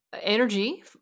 energy